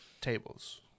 tables